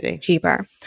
cheaper